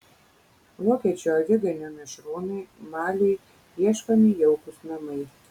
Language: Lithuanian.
vokiečių aviganio mišrūnui maliui ieškomi jaukūs namai